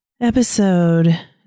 Episode